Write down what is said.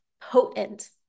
potent